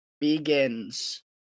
begins